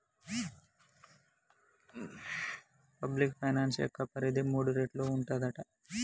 public finance యొక్క పరిధి మూడు రేట్లు ఉంటదట